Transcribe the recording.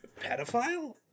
Pedophile